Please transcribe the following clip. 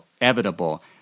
inevitable